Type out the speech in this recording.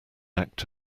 act